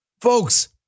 Folks